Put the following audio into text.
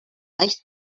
ice